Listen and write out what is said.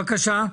בבקשה.